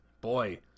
boy